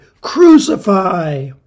Crucify